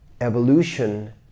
evolution